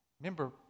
Remember